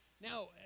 Now